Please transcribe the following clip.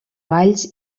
valls